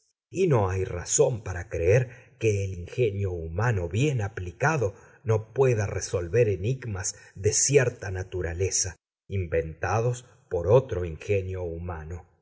y no hay razón para creer que el ingenio humano bien aplicado no pueda resolver enigmas de cierta naturaleza inventados por otro ingenio humano